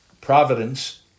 Providence